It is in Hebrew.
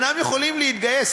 אינם יכולים להתגייס,